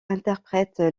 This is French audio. interprète